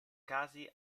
casi